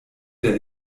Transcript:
der